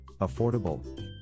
Affordable